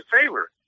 favor